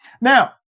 Now